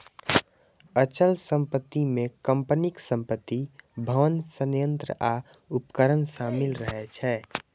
अचल संपत्ति मे कंपनीक संपत्ति, भवन, संयंत्र आ उपकरण शामिल रहै छै